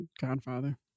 Godfather